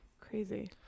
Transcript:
Crazy